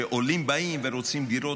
כשעולים באים ורוצים דירות,